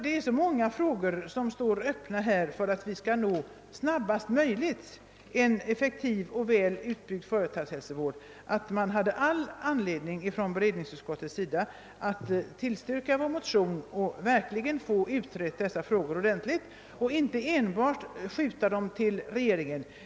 Det är så många frågor som står öppna, att allmänna beredningsutskottet, för att vi snabbast möjligt skall åstadkomma en utbyggd företagshälsovård, borde ha haft anledning att tillstyrka motionen, så att frågorna blir ordentligt utredda, och inte bara hänskjuta dem till regeringen.